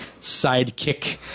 sidekick